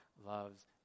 loves